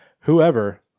whoever